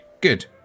Good